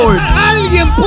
Alguien